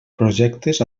projectes